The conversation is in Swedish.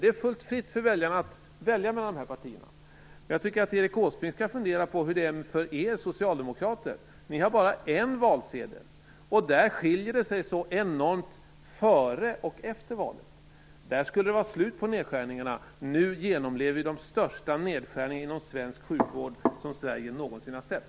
Det är fullt fritt för väljarna att välja mellan partierna. Jag tycker att Erik Åsbrink skall fundera på hur det är för Socialdemokraterna. Ni har bara en valsedel, och där skiljer det sig enormt före och efter valet. Det skulle vara slut på nedskärningarna. Nu genomlever vi de största nedskärningarna inom svensk sjukvård som Sverige någonsin har sett.